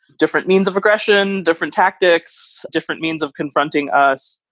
different means of aggression, different tactics, different means of confronting us.